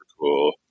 cool